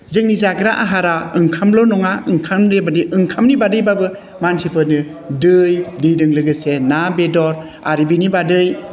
जोंनि जाग्रा आहारा ओंखामल' नङा ओंखामनि बादैबाबो मानसिफोरनो दै दैजों लोगोसे ना बेदर आरो बिनि बादै